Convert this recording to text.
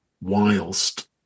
whilst